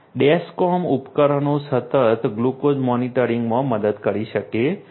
Dexcom ઉપકરણો સતત glucose મોનિટરિંગમાં મદદ કરી શકે છે